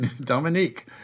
Dominique